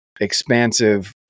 expansive